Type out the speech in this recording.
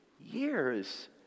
years